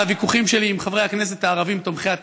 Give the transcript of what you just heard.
על הוויכוחים שלי עם חברי הכנסת הערבים תומכי הטרור.